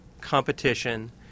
competition